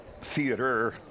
theater